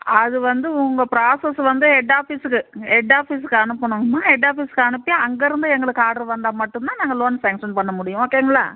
அது வந்து உங்கள் ப்ராசஸ் வந்து ஹெட் ஆஃபீஸுக்கு ஹெட் ஆஃபீஸுக்கு அனுப்பணுங்கமா ஹெட் ஆபீஸ்க்கு அனுப்பி அங்கிருந்து எங்களுக்கு ஆர்டரு வந்தால் மட்டும் தான் நாங்கள் லோன் சாங்சன் பண்ண முடியும் ஓகேங்களா